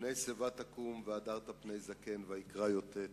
"מפני שיבה תקום, והדרת פני זקן", ויקרא י"ט,